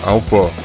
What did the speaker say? Alpha